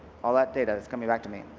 all that data is coming back to me.